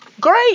great